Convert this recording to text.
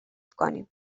کنیم